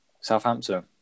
Southampton